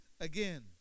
again